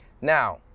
now